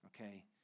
Okay